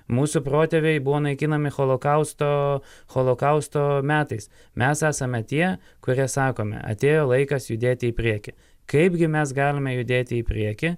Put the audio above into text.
mūsų protėviai buvo naikinami holokausto holokausto metais mes esame tie kurie sakome atėjo laikas judėti į priekį kaipgi mes galime judėti į priekį